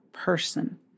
Person